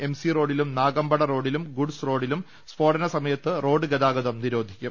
MC റോഡിലും നാഗ മ്പട റോഡിലും ഗുഡ്സ് റോഡിലും സ്ഫോടന സ്കുമയത്ത് റോഡ് ഗതാഗതം നിരോധിക്കും